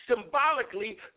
Symbolically